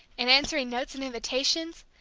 and answering notes and invitations.